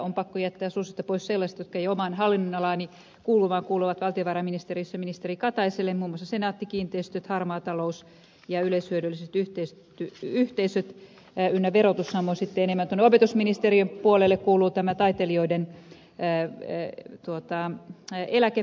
on pakko jättää suosiolla pois sellaiset jotka eivät omaan hallinnonalaani kuulu vaan kuuluvat valtiovarainministeriössä ministeri kataiselle muun muassa senaatti kiinteistöt harmaa talous ja yleishyödylliset yhteisöt ynnä verotus samoin sitten enemmän opetusministeriön puolelle kuuluvat nämä taiteilijoiden eläkeasiat